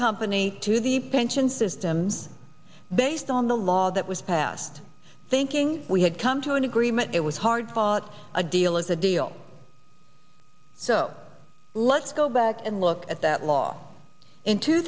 company to the pension systems based on the law that was passed thinking we had come to an agreement it was hard fought a deal is a deal so let's go back and look at that law in two